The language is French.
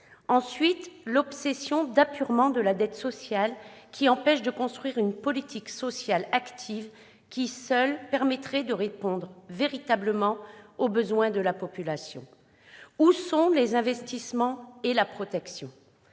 dans l'obsession d'apurement de la dette sociale, au détriment de la construction d'une politique sociale active, qui, seule, permettrait de répondre véritablement aux besoins de la population. Où sont les investissements et la protection ?